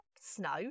snow